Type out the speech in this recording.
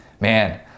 Man